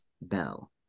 bell